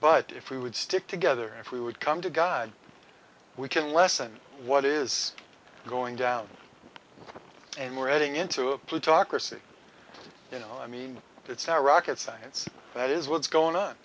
but if we would stick together if we would come to god we can lessen what is going down and we're heading into a plutocracy you know i mean it's our rocket science that is what's going on